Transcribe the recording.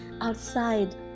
outside